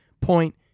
Point